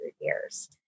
years